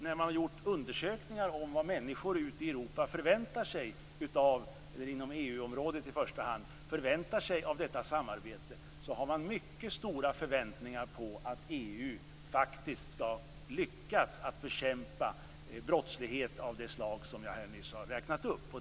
När man har gjort undersökningar om vad människor inom EU-området förväntar sig av detta samarbete visar det sig att man har mycket stora förväntningar på att EU faktiskt skall lyckas att bekämpa brottslighet av det slag som jag nyss räknade upp.